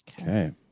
Okay